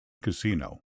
casino